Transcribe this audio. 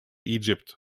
egypt